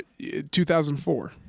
2004